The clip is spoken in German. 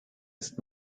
ist